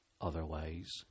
otherwise